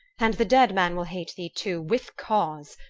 and the dead man will hate thee too, with cause.